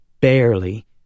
barely